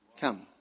Come